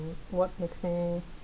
what makes me